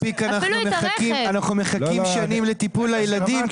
אנחנו מחכים שנים לטיפול לילדים,